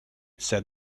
said